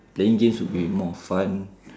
then games will be more fun